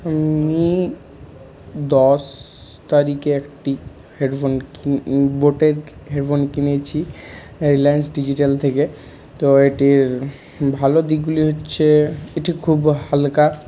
মে দশ তারিকে একটি হেডফোন বোটের হেডফোন কিনেছি রিলায়্যান্স ডিজিটাল থেকে তো এটির ভালো দিকগুলি হচ্ছে এটি খুব হালকা